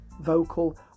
vocal